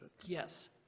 Yes